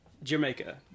Jamaica